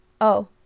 Oh